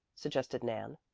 suggested nan.